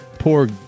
poor